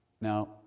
Now